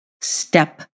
Step